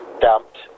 dumped